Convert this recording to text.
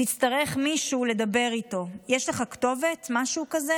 תצטרך מישהו לדבר איתו, יש לך כתובת, משהו כזה.